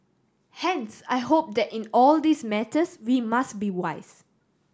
hence I hope that in all these matters we must be wise